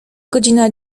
godzina